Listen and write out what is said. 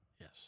Yes